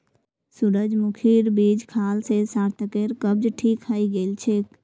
सूरजमुखीर बीज खाल से सार्थकेर कब्ज ठीक हइ गेल छेक